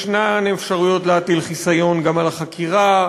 יש אפשרויות להטיל חיסיון גם על החקירה,